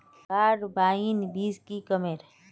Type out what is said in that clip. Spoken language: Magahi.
कार्बाइन बीस की कमेर?